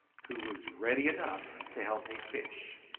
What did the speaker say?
who was ready enough to help me fish.